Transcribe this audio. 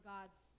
God's